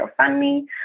GoFundMe